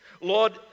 Lord